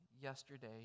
yesterday